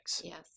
Yes